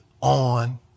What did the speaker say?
on